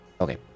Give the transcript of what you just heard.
Okay